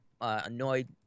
annoyed